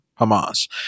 Hamas